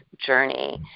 journey